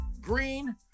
Green